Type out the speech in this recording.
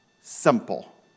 simple